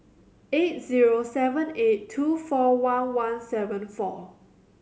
eight zero seven eight two four one one seven four